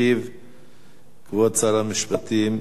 כבוד שר המשפטים יעקב נאמן.